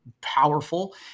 powerful